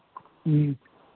ह्म्म